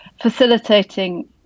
facilitating